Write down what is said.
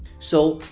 so,